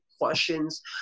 questions